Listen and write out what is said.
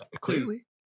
clearly